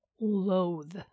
loathe